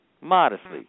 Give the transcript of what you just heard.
Modestly